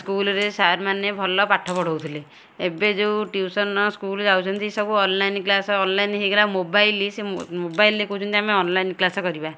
ସ୍କୁଲ୍ରେ ସାର୍ମାନେ ଭଲ ପାଠ ପଢ଼ଉଥିଲେ ଏବେ ଯେଉଁ ଟିଉସନ୍ ସ୍କୁଲ୍ ଯାଉଛନ୍ତି ସବୁ ଅନ୍ଲାଇନ୍ କ୍ଳାସ୍ ଅନ୍ଲାଇନ୍ ହୋଇଗଲା ମୋବାଇଲ୍ ସେ ମୋବାଇଲ୍ରେ କହୁଛନ୍ତି ଆମେ ଅନ୍ଲାଇନ୍ କ୍ଲାସ୍ କରିବା